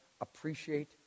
appreciate